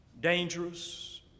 dangerous